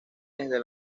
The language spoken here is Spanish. desde